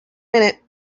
minute